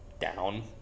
Down